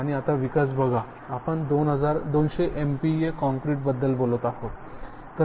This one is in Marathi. आणि आता विकास बघा आपण 200 MPa काँक्रीट बद्दल बोलत आहोत